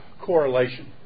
correlation